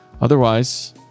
Otherwise